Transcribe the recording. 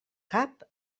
cap